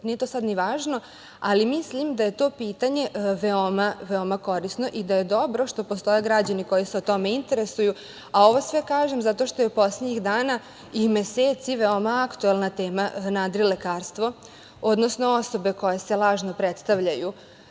nije to sad ni važno, ali mislim da je to pitanje veoma korisno i da je dobro što postoje građani koji se o tome interesuju, a ovo sve kažem zato što je poslednjih dana i meseci veoma aktuelna tema nadrilekarstvo, odnosno osobe koje se lažno predstavljaju